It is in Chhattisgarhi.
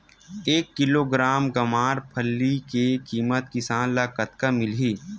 एक किलोग्राम गवारफली के किमत किसान ल कतका मिलही?